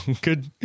good